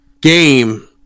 game